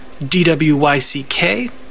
DWYCK